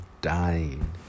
dying